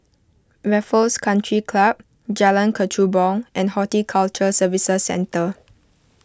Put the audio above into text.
Raffles Country Club Jalan Kechubong and Horticulture Services Centre